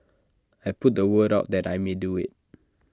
I put the word out that I may do IT